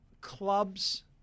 clubs